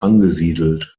angesiedelt